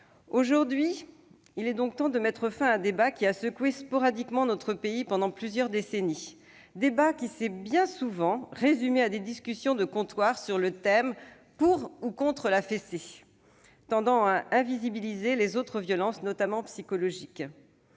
Aujourd'hui, il est donc temps de mettre fin à un débat qui a secoué sporadiquement notre pays pendant plusieurs décennies, débat qui s'est bien souvent résumé à des discussions de comptoir sur le thème « pour ou contre la fessée ?», tendant à rendre invisibles les autres violences, notamment psychologiques.